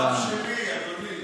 הוא הרב שלי, אדוני.